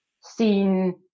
seen